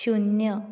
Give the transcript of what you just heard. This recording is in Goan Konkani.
शुन्य